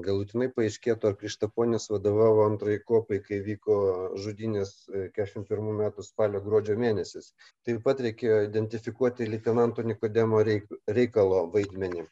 galutinai paaiškėtų ar krištaponis vadovavo antrajai kuopai kai vyko žudynės kešim pirmų metų spalio gruodžio mėnesiais taip pat reikėjo identifikuoti leitenanto nikodemo reik reikalo vaidmenį